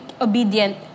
obedient